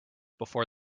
before